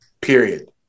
period